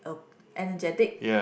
energetic